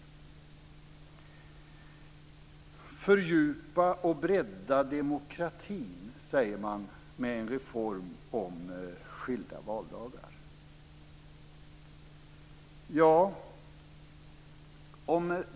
Man säger att man ska fördjupa och bredda demokratin med en reform som ger skilda valdagar.